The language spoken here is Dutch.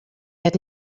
het